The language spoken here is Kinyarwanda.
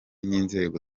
n’inzego